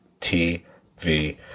TV